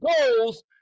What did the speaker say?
goals